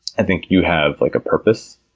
i think you have like a purpose,